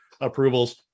approvals